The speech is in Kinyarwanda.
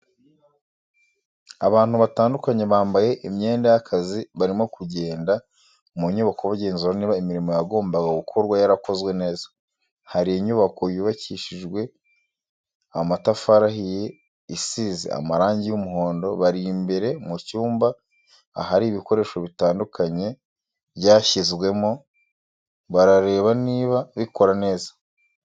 Abantu batandukanye bambaye imyenda y'akazi barimo kugenda mu nyubako bagenzura niba imirimo yagombaga gukorwa yarakozwe neza, hari inyubako yubakishije amatafari ahiye isize amarangi y'umuhondo, bari imbere mu cyumba ahari ibikoresho bitandukanye byashyizwemo barareba niba bikora neza.